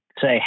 say